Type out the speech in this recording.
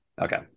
Okay